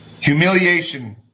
humiliation